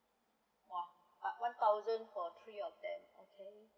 !whoa! uh one thousand for three of them okay